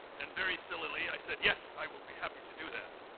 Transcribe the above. and very sillily, i said, yes, i will be happy to do that.